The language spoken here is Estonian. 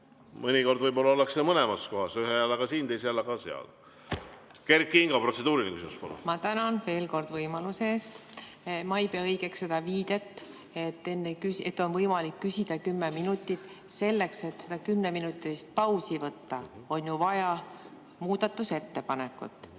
Mõnikord võib-olla ollakse mõlemas kohas, ühe jalaga siin, teise jalaga seal. Kert Kingo, protseduuriline küsimus, palun! Ma tänan veel kord võimaluse eest! Ma ei pea õigeks seda viidet, et on võimalik küsida kümme minutit. Selleks, et kümneminutilist pausi võtta, on ju vaja muudatusettepanekut.